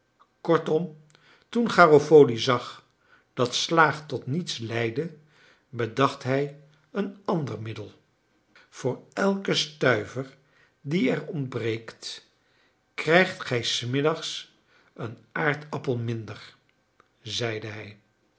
kortom toen garofoli zag dat slaag tot niets leidde bedacht hij een ander middel voor elken stuiver die er ontbreekt krijgt gij s middags een aardappel minder zeide hij